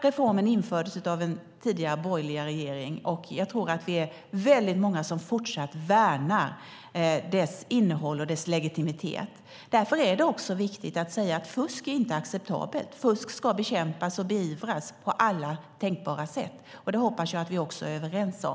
Reformen infördes av en tidigare, borgerlig regering, och jag tror att vi är väldigt många som fortsatt värnar dess innehåll och legitimitet. Därför är det också viktigt att säga att fusk inte är acceptabelt. Fusk ska bekämpas och beivras på alla tänkbara sätt, och det hoppas jag att vi är överens om.